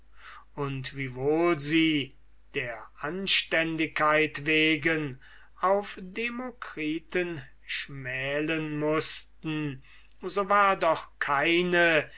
und wiewohl sie der anständigkeit wegen auf den demokritus schmälen mußten so war doch keine